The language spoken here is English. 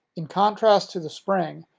in contrast to the spring,